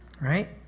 right